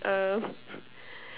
uh